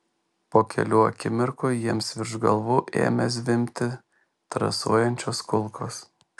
po kelių akimirkų jiems virš galvų ėmė zvimbti trasuojančios kulkos